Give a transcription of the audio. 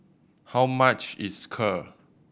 how much is Kheer